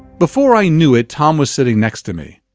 before i knew it, tom was sitting next to me.